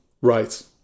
Right